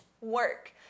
work